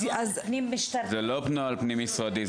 זה לא בנוהל פנים-משרדי.